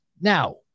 now